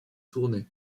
tournai